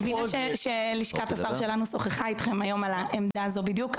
מבינה שלשכת השר שלנו שוחחה איתכם היום בדיוק על העמדה הזאת.